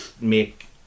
make